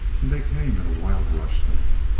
and they came in a wild rush now.